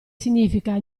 significa